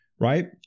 right